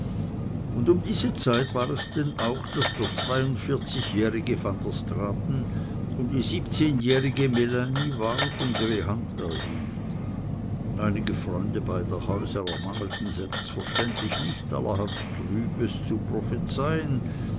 und um diese zeit war es denn auch daß der zweiundvierzigjährige van der straaten um die siebzehnjährige melanie warb und ihre hand erhielt einige freunde beider häuser ermangelten selbstverständlich nicht allerhand trübes zu prophezeien